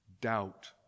Doubt